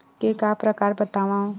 के प्रकार बतावव?